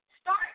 Start